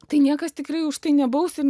tai niekas tikrai už tai nebaus ir